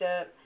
up